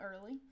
early